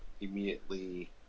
immediately